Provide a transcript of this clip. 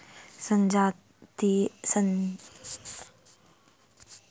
संजातीय उद्यमिता मे स्वामी संजातीय अल्पसंख्यक समुदाय के लोक होइत अछि